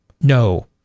No